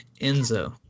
Enzo